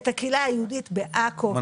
בעכו,